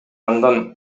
андан